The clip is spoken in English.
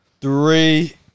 Three